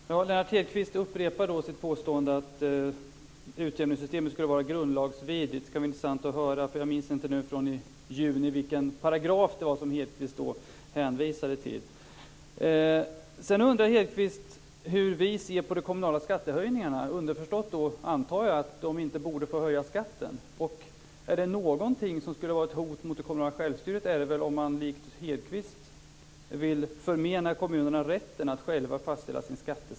Fru talman! Lennart Hedquist upprepar sitt påstående att utjämningssystemet skulle vara grundlagsvidrigt. Det ska bli intressant att höra, för jag minns inte nu från i juni vilken paragraf det var som Hedquist hänvisade till. Sedan undrar Hedquist hur vi ser på de kommunala skattehöjningarna och underförstår, antar jag, att kommunerna inte borde få höja skatten. Är det någonting som skulle vara ett hot mot det kommunala självstyret så är det väl om man likt Hedquist vill förmena kommunerna rätten att själva fastställa sin skattesats.